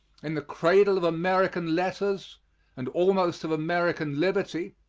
in the cradle of american letters and almost of american liberty,